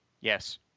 yes